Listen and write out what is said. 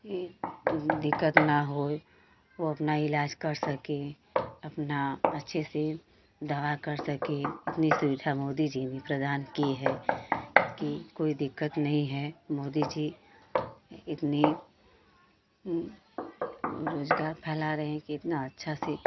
ये दिक्कत न होए वो अपना इलाज कर सकें अपना अच्छे से दवा कर सके इतनी सुविधा मोदी जी ने प्रदान की है कि कोई दिक्कत नहीं है मोदी जी इतनी रोजगार फैला रहे हैं कि इतना अच्छा से